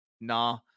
Nah